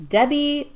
Debbie